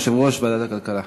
יושב-ראש ועדת הכלכלה.